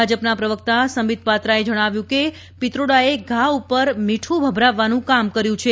ભાજપના પ્રવક્તા સંબિત પાત્રાએ જણાવ્યું કે પિત્રોડાએ ઘા પર મીઠું ભભરાવવાનું કામ કર્યું છે